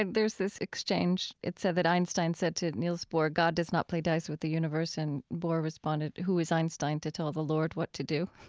and there's this exchange, it's said that einstein said to niels bohr, god does not play dice with the universe, and bohr responded, who is einstein to tell the lord what to do?